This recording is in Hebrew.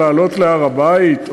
לעלות להר-הבית,